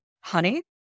honey